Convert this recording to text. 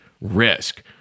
risk